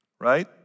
right